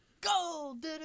Gold